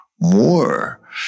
more